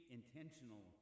intentional